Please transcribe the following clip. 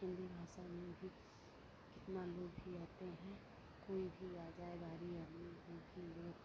हिन्दी भाषा में ही कितना लोग भी आते हैं कोई भी आ जाए बाहरी आदमी फिर भी लोग